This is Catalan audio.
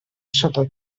sota